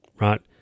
right